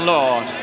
Lord